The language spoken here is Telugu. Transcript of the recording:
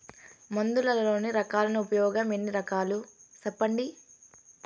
మందులలోని రకాలను ఉపయోగం ఎన్ని రకాలు? సెప్పండి?